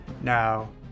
Now